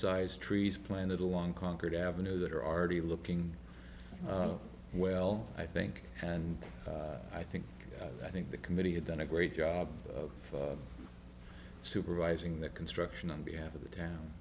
sized trees planted along conquered avenue that are already looking well i think and i think i think the committee has done a great job of supervising the construction on behalf of the town